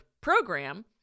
program